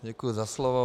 Děkuji za slovo.